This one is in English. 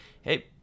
Hey